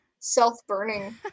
self-burning